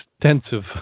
extensive